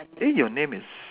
eh your name is